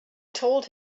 told